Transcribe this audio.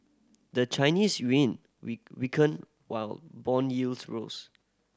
the Chinese yuan we weakened while bond yields rose